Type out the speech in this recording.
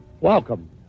welcome